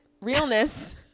realness